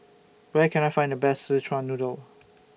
Where Can I Find The Best Szechuan Noodle